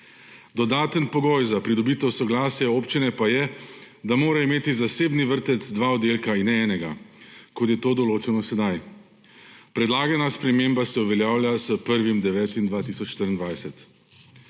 Dodaten pogoj za pridobitev soglasja občine pa je, da mora imeti zasebni vrtec dva oddelka in ne enega, kot je to določeno sedaj. Predlagana sprememba se uveljavlja s 1. 9. 2024.